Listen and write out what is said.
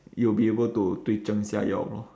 you will be able to 对症下药 lor